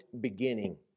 beginning